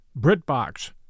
BritBox